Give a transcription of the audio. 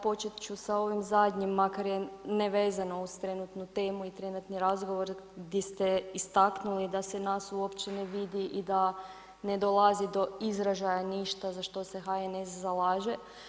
Počet ću sa ovim zadnjim makar je nevezano uz trenutnu temu i trenutni razgovor di ste istaknuli da se nas uopće ne vidi i da ne dolazi do izražaja ništa za što se HNS zalaže.